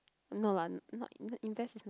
no lah not you know invest